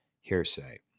hearsay